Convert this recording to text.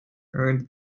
earned